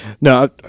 No